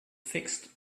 fixed